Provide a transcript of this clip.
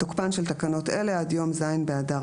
12.תוקפן של תקנות אלה עד יום ז' באדר